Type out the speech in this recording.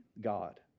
God